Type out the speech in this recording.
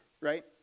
right